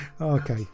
Okay